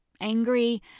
angry